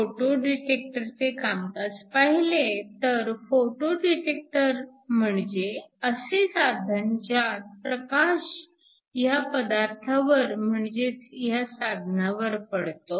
photo डिटेक्टरचे कामकाज पाहिले तर फोटो डिटेक्टर म्हणजे असे साधन ज्यात प्रकाश ह्या पदार्थावर म्हणजेच ह्या साधनावर पडतो